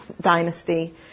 dynasty